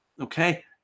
Okay